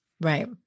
right